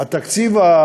התקציב,